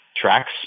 tracks